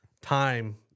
time